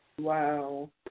Wow